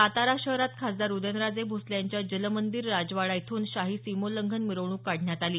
सातारा शहरात खासदार उदयनराजे भोसले यांच्या जलमंदीर राजवाडा इथून शाही सिमोल्लंघन मिरवणूक काढण्यात आली